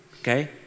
okay